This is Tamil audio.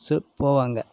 ச போவாங்க